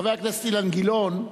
חבר הכנסת אילן גילאון,